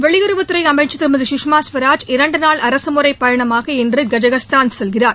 வெளியுறவுத்துறை அமைச்சர் திருமதி சுஷ்மா ஸ்வராஜ் இரண்டு நாள் அரசுமுறைப் பயணமாக இன்று கஜகஸ்தான் செல்கிறார்